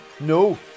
no